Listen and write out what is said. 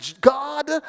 God